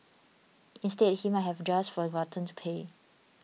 instead he might have just forgotten to pay